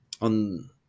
on